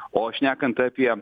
o šnekant apie